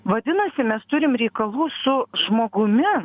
vadinasi mes turim reikalų su žmogumi